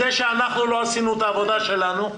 זה שלא עשינו את העבודה שלנו,